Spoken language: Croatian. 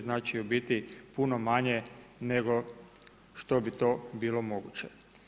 Znači, u biti puno manje nego što bi to bilo moguće.